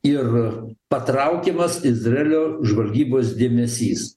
ir patraukiamas izraelio žvalgybos dėmesys